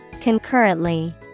Concurrently